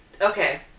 okay